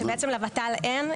שבעצם לות"ל אין,